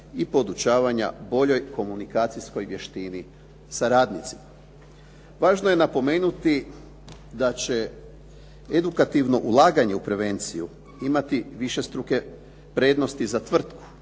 i podučavanja boljoj komunikacijskoj vještini sa radnicima. Važno je napomenuti da će edukativno ulaganje u prevenciju imati višestruke prednosti za tvrtku